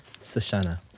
Sashana